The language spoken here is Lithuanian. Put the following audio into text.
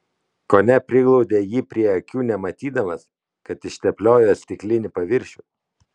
kone priglaudė jį prie akių nematydamas kad ištepliojo stiklinį paviršių